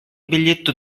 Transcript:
biglietto